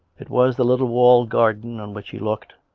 it was the little walled garden on which he looked,